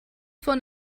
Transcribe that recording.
von